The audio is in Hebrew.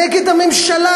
נגד הממשלה,